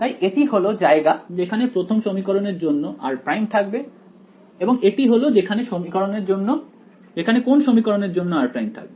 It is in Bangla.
তাই এটি হলো জায়গা যেখানে প্রথম সমীকরণের জন্য r' থাকবে এবং এটি হল যেখানে কোন সমীকরণের জন্য r' থাকবে